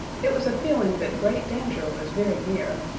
it was a feeling that great danger was very near,